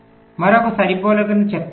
మరొక సరిపోలికను చెప్తాము